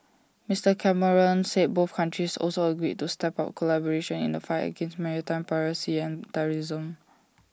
Mister Cameron said both countries also agreed to step up collaboration in the fight against maritime piracy and terrorism